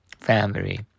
family